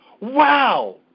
Wow